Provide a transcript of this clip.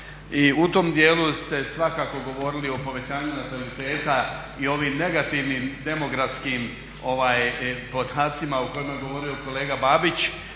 I u tom dijelu ste svakako govorili o povećanju nataliteta i ovim negativnim demografskim podacima o kojima je govorio kolega Babić